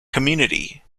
community